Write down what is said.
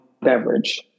beverage